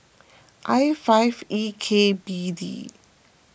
I five E K B D